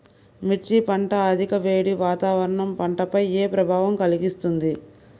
మిర్చి పంట అధిక వేడి వాతావరణం పంటపై ఏ ప్రభావం కలిగిస్తుంది?